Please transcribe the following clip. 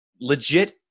legit